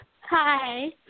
hi